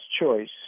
choice